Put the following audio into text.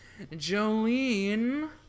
Jolene